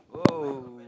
!woah!